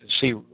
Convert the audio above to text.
See